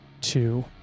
two